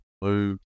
blue